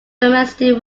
domestic